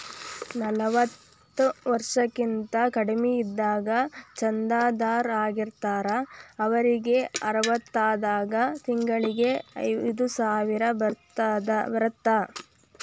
ನಲವತ್ತ ವರ್ಷಕ್ಕಿಂತ ಕಡಿಮಿ ಇದ್ದಾಗ ಚಂದಾದಾರ್ ಆಗಿರ್ತಾರ ಅವರಿಗ್ ಅರವತ್ತಾದಾಗ ತಿಂಗಳಿಗಿ ಐದ್ಸಾವಿರ ಬರತ್ತಾ